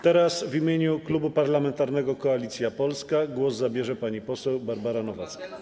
Teraz w imieniu Klubu Parlamentarnego Koalicja Polska głos zabierze pani poseł Barbara Nowacka.